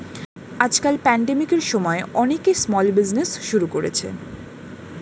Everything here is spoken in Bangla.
আজকাল প্যান্ডেমিকের সময়ে অনেকে স্মল বিজনেজ শুরু করেছে